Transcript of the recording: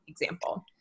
example